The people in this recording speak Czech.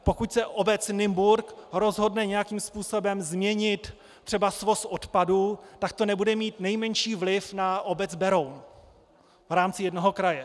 Pokud se obec Nymburk rozhodne nějakým způsobem změnit svoz odpadu, tak to nebude mít nejmenší vliv na obec Beroun v rámci jednoho kraje.